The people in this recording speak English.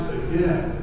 again